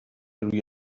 روی